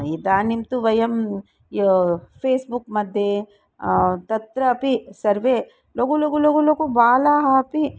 इदानीं तु वयं या फ़ेस्बुक्मध्ये तत्रापि सर्वे लघु लघु लघु लघु बालाः अपि